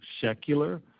secular